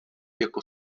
jako